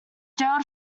jailed